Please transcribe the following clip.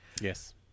Yes